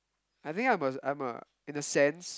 I think I'm a I'm a in a sense